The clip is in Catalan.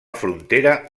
frontera